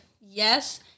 yes